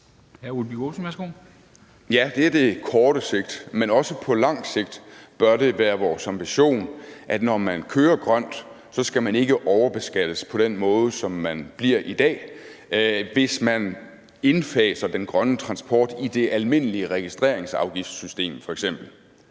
Ja, det er det korte sigt. Men også på langt sigt bør det være vores ambition, at når man kører grønt, skal man ikke overbeskattes på den måde, som man bliver i dag, f.eks. ved at indfase den grønne transport i det almindelige registreringsafgiftssystem eller